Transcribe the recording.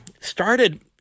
started